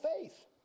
faith